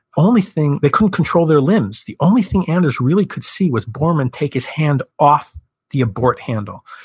only thing, they couldn't control their limbs. the only thing anders really could see was borman take his hand off the abort handle.